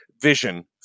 Vision